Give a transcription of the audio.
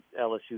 LSU